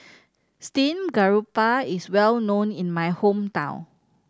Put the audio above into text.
steamed garoupa is well known in my hometown